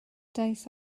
daeth